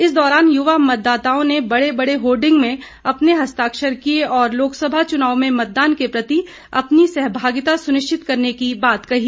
इस दौरान युवा मतदाताओं ने बड़े बड़े होर्डिंग में अपने हस्ताक्षर किए और लोकसभा चुनाव में मतदान के प्रति अपनी सहभागिता सुनिश्चित करने की बात कही